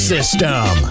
System